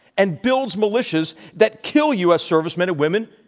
and builds militias that kill u. s. servicemen and women,